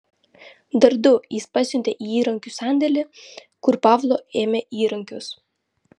dar du jis pasiuntė į įrankių sandėlį kur pavlo ėmė įrankius